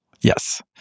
Yes